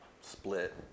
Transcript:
split